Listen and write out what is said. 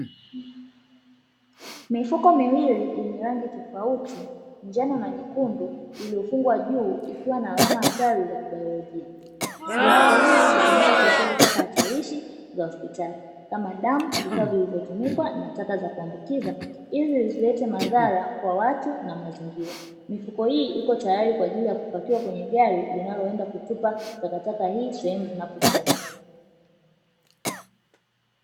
Mifuko miwili yenye rangi tofauti njano na nyekundu imefungwa juu ikiwa na alama hatari za kibiolojia, mifuko hii hutumika kuhifadhi taka hatarishi za hospitali kama damu, vifaa vilivyotumikwa na taka za kuambukizwa ili zisilete madhara kwa watu na kwa mazingira, mifuko hii ipo tayari kwa ajili ya kupakiwa kwenye gari linaloenda kupata takataka hizi sehemu zinapochomwa.